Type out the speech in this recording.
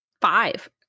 five